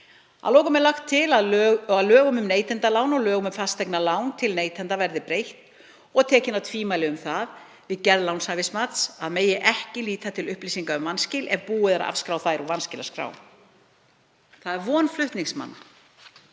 Að lokum er lagt til að lögum um neytendalán og lögum um fasteignalán til neytenda verði breytt og tekin af tvímæli um það að við gerð lánshæfismats megi ekki líta til upplýsinga um vanskil ef búið er að afskrá þær úr vanskilaskrám. Það er von flutningsmanna